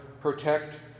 protect